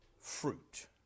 fruit